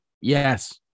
Yes